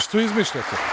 Što izmišljate?